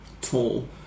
tall